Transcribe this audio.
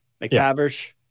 McTavish